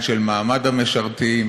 זה משפט,